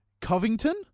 Covington